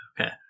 Okay